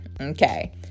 Okay